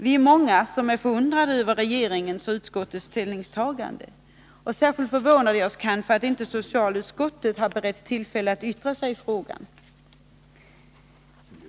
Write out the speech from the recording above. Vi är många som är förundrade över regeringens och utskottets ställningstagande. Särskilt förvånar det oss att inte socialutskottet har beretts tillfälle att yttra sig i frågan.